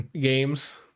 games